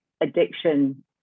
addiction